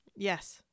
Yes